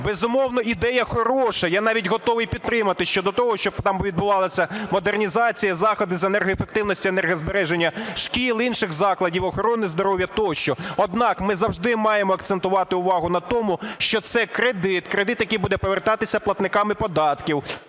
Безумовно, ідея хороша, я навіть готовий підтримати щодо того, щоб там відбувалася модернізація, заходи з енергоефективності, енергозбереження шкіл, інших закладів охорони здоров'я тощо, однак ми завжди маємо акцентувати увагу на тому, що це кредит, кредит, який буде повертатися платниками податків